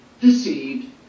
deceived